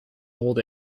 old